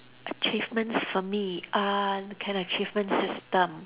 achievement for me uh kind of achievement system